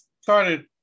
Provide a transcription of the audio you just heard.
started